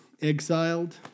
exiled